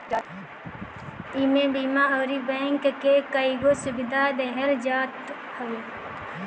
इमे बीमा अउरी बैंक के कईगो सुविधा देहल जात हवे